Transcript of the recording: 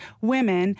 women